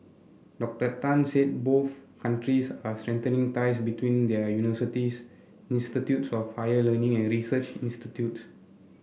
Doctor Tang said both countries are strengthening ties between their universities institutes of higher learning and research institutes